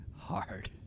hard